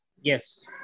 Yes